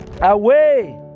away